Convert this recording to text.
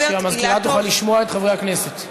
שהמזכירה תוכל לשמוע את חברי הכנסת.